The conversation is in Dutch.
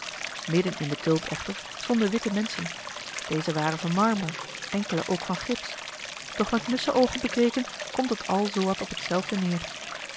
in de tulp echter stonden witte menschen deze waren van marmer enkele ook van gips doch met musschenoogen bekeken komt dat al zoo wat op hetzelfde neer